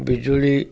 ବିଜୁଳି